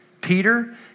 Peter